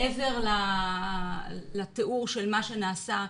מעבר לתיאור של מה שנעשה,